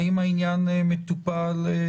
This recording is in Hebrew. האם העניין מטופל?